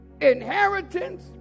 inheritance